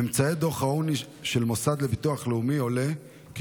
מממצאי דוח העוני של המוסד לביטוח לאומי עולה כי